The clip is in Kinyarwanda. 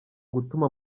gutuma